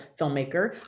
filmmaker